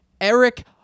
Eric